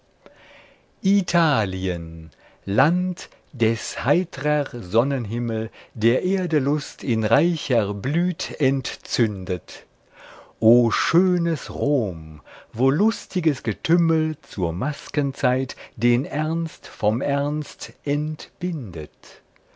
italien land des heitrer sonnenhimmel der erde lust in reicher blüt entzündet o schönes rom wo lustiges getümmel zur maskenzeit den ernst vom ernst entbindet